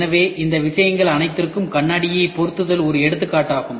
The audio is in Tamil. எனவே இந்த விஷயங்கள் அனைத்திற்கும் கண்ணாடியை பொருத்துதல் ஒரு எடுத்துக்காட்டு ஆகும்